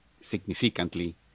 significantly